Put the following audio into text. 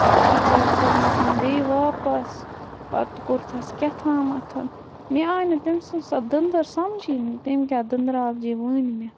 پَتہٕ چھی ژےٚ کوٚرمُت بیٚیہِ واپَس پَتہٕ کوٚرتھَس کیٛاہ تھامَتھ مےٚ آیہِ نہٕ تٔمۍ سٕنٛز سۄ دٔنٛدٕر سَمجی نہٕ تٔمۍ کیٛاہ دٔنٛدرالجی ؤنۍ مےٚ